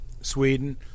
Sweden